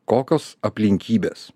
kokios aplinkybės